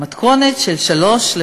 המתכונת של שלוש,